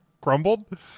Crumbled